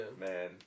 man